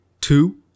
two